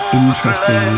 interesting